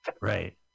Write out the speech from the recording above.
Right